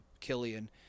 Killian